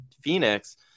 Phoenix